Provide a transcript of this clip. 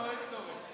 לא לא,